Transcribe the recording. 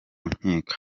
nkiko